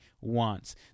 wants